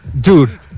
Dude